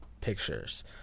Pictures